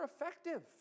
effective